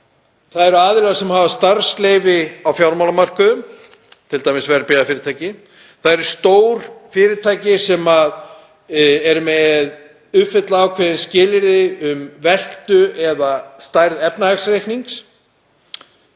Það eru aðilar sem hafa starfsleyfi á fjármálamörkuðum, t.d. verðbréfafyrirtæki, það eru stórfyrirtæki sem uppfylla ákveðin skilyrði um veltu eða stærð efnahagsreiknings.